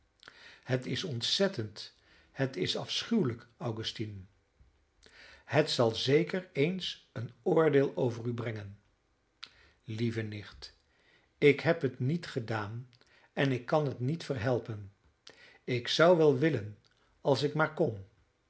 het is ontzettend het is afschuwelijk augustine het zal zeker eens een oordeel over u brengen lieve nicht ik heb het niet gedaan en ik kan het niet verhelpen ik zou wel willen als ik maar kon